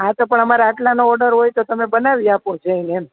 હા પણ અમારા આટલાનો ઓર્ડર હોય તો તમે બનાવી આપો જૈન એમ